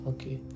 Okay